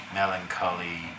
melancholy